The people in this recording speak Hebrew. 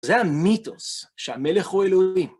זה המיתוס שהמלך הוא אלוהים.